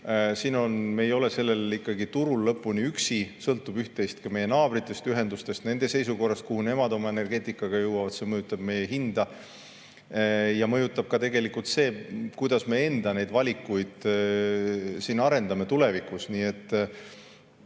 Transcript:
ühendusi, me ei ole sellel turul lõpuni üksi, üht-teist sõltub ka meie naabritest, ühendustest, nende seisukorrast, kuhu nemad oma energeetikaga jõuavad. See mõjutab meie hinda. Ja mõjutab ka tegelikult see, kuidas me neid valikuid siin arendame tulevikus. Nii